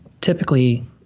Typically